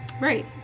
Right